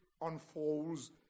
unfolds